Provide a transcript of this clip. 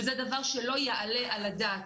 וזה דבר שלא יעלה על הדעת.